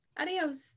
adios